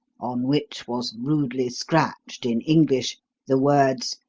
on which was rudely scratched in english the words,